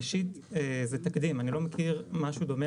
ראשית זה תקדים אני לא מכיר משהו דומה